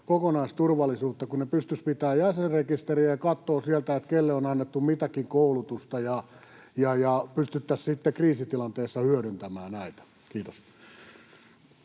kokonaisturvallisuutta, kun ne pystyisivät pitämään jäsenrekisteriä ja katsomaan sieltä, kenelle on annettu mitäkin koulutusta, ja pystyttäisiin sitten kriisitilanteessa hyödyntämään näitä? — Kiitos.